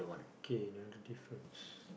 K another difference